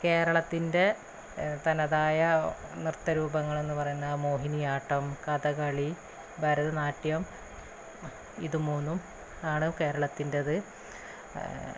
കേരളത്തിൻ്റെ തനതായ നൃത്തരൂപങ്ങളെന്ന് പറയുന്ന മോഹിനിയാട്ടം കഥകളി ഭരതനാട്യം ഇതു മൂന്നും ആണ് കേരളത്തിൻ്റെത്